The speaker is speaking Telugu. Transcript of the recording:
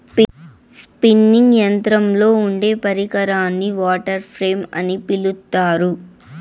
స్పిన్నింగ్ యంత్రంలో ఉండే పరికరాన్ని వాటర్ ఫ్రేమ్ అని పిలుత్తారు